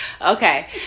Okay